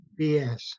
BS